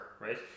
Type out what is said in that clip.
right